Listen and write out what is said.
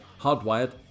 Hardwired